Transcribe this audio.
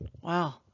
Wow